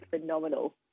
phenomenal